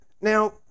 Now